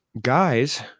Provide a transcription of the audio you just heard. guys